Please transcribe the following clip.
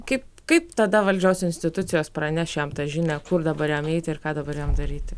kaip kaip tada valdžios institucijos praneš jam tą žinią kur dabar jam eiti ir ką dabar jam daryti